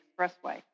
Expressway